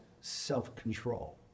self-control